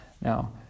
Now